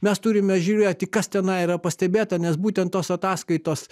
mes turime žiūrėti kas tenai yra pastebėta nes būtent tos ataskaitos